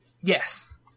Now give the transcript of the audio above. Yes